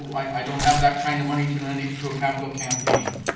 i don't have that kind of money to donate to a capital campaign.